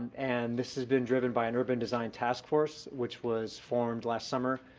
and this has been driven by an urban design task force which was formed last summer.